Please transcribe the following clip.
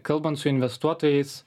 kalbant su investuotojais